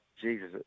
Jesus